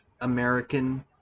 American